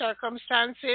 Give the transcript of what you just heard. circumstances